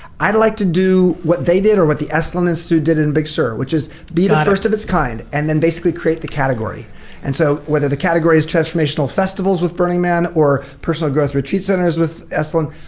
i'd like to do what they did or what the esalenist who did in big sur which is, be the first of its kind and then basically create the category and so, whether the category is transformational festivals with burning men or personal growth with treat centers with esalen,